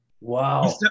Wow